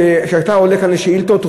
כשאתה עולה כאן לשאילתות,